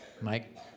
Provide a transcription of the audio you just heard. Mike